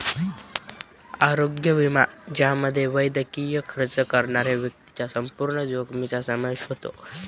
आरोग्य विमा ज्यामध्ये वैद्यकीय खर्च करणाऱ्या व्यक्तीच्या संपूर्ण जोखमीचा समावेश होतो